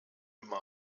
immer